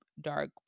dark